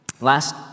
Last